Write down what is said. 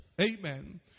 amen